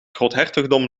groothertogdom